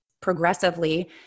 progressively